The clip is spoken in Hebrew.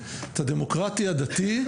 האנתרופודוסי, את הדמוקרטי הדתי,